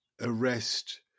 arrest